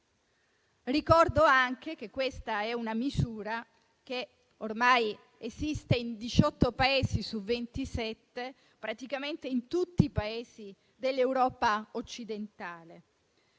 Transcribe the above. Ricordo anche che questa è una misura che ormai esiste in 18 Paesi europei su 27, praticamente in tutti i Paesi dell'Europa occidentale.